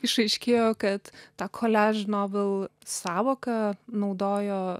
išaiškėjo kad tą koliaž novel sąvoką naudojo